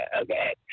okay